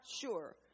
sure